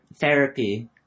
therapy